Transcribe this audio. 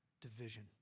division